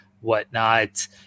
whatnot